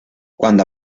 cuando